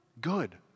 good